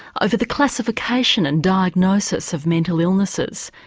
over the classification and diagnosis of mental illnesses,